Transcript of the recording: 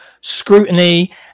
scrutiny